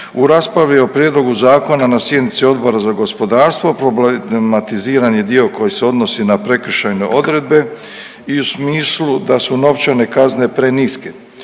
U raspravi o Prijedlogu zakona na sjednici Odbora za gospodarstvo problematiziran je dio koji se odnosi na prekršajne odredbe i u smislu da su novčane kazne preniske.